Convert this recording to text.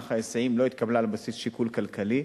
מערך ההיסעים לא התקבלה על בסיס שיקול כלכלי,